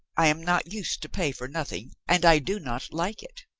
i am not used to pay for nothing and i do not like it.